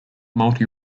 multi